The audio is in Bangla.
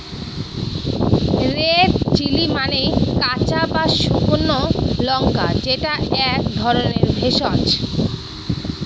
রেড চিলি মানে কাঁচা বা শুকনো লঙ্কা যেটা এক ধরনের ভেষজ